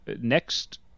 next